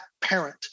parent